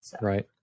Right